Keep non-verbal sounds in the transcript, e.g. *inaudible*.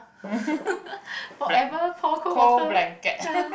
*laughs* forever pour cold water ya